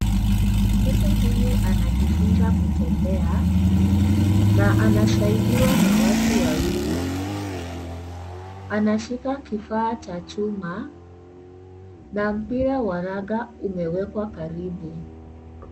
Mtoto huyu anajifunza kutembea. na anasaidiwa na watu wawili. anashika kipaa cha chuma na mlio wa ragha umewekwa kando